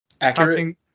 accurate